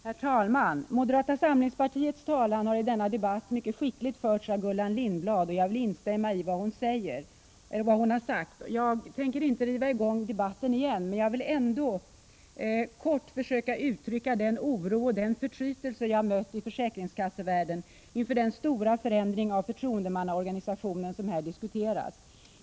Herr talman! Moderata samlingspartiets talan har i denna debatt mycket skickligt förts av Gullan Lindblad. Jag vill instämma i vad hon har sagt. Jag tänker inte riva i gång debatten igen, men jag vill ändå kortfattat försöka uttrycka den oro och förtrytelse jag har mött i försäkringskassevärlden inför den stora förändring av förtroendemannaorganisationen som här diskuteras.